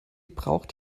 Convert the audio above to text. braucht